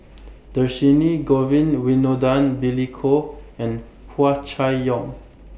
Dhershini Govin Winodan Billy Koh and Hua Chai Yong